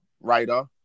writer